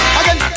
again